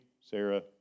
Sarah